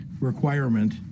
requirement